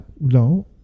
no